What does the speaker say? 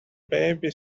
baby